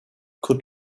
could